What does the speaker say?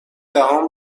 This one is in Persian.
دهان